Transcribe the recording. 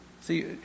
See